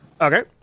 Okay